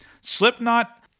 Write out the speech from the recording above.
Slipknot